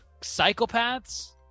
psychopaths